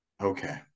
Okay